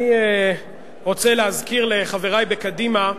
אני רוצה להזכיר לחברי בקדימה,